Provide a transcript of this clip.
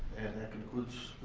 and that concludes